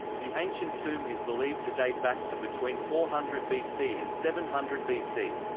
the ancient tomb is believed to date back to between four hundred bc and seven hundred bc.